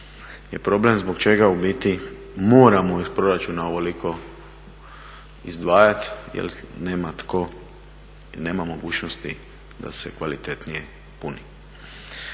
je problem zbog čega u biti moramo iz proračuna ovoliko izdvajati jer nema tko i nema mogućnosti da se kvalitetnije puni.